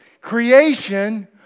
Creation